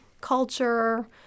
culture